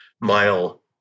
mile